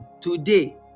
Today